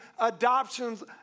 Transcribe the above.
adoptions